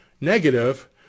negative